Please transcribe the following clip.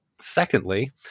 secondly